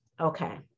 Okay